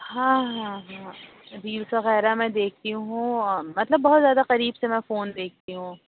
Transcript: ہاں ہاں ہاں ریلس وغیرہ میں دیکھتی ہوں مطلب بہت زیادہ قریب سے میں فون دیکھتی ہوں